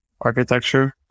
architecture